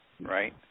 right